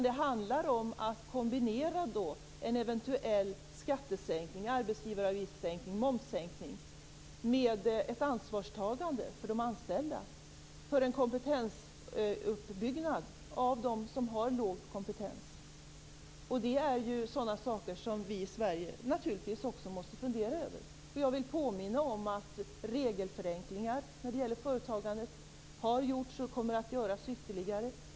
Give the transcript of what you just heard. Det handlar om att kombinera en eventuell skattesänkning, sänkning av arbetsgivaravgifter eller momssänkning med ett ansvarstagande för de anställda och för en kompetensuppbyggnad av dem som har låg kompetens. Det här är sådana saker som vi i Sverige måste fundera över. Jag vill påminna om att regelförenklingar i företagandet har gjorts och kommer att göras ytterligare.